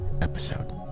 episode